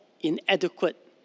inadequate